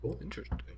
Interesting